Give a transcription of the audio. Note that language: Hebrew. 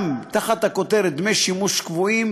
גם תחת הכותרת "דמי שימוש קבועים"